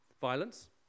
Violence